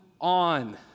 on